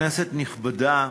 כנסת נכבדה,